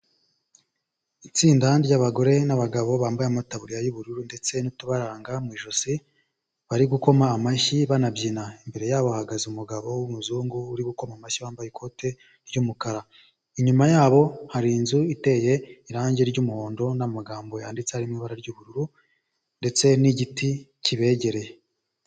Itsinda ry'abagore n'abagabo bambaye amatabure y'ubururu ndetse n'utubaranga mu ijosi ,bari gukoma amashyi banabyina . Imbere yabo hahagaze umugabo w'umuzungu uri gukoma amashyi wambaye ikote ry'umukara. Inyuma yabo hari inzu iteye irangi ry'umuhondo n'amagambo yanditse mu ibara ry'ubururu ndetse n'igiti kibegereye.